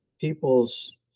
people's